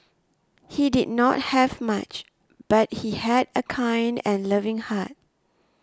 he did not have much but he had a kind and loving heart